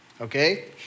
okay